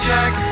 Jack